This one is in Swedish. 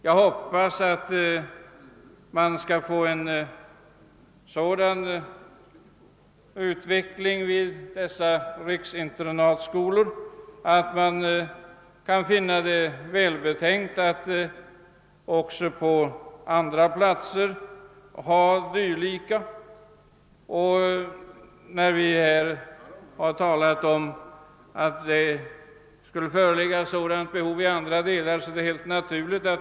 Nu hoppas jag att utvecklingen i dessa skolor blir sådan att man finner det välbetänkt att inrätta dylika även på andra platser. Här har ju talats om att ett sådant behov skulle föreligga även i andra delar av landet.